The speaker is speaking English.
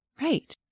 Right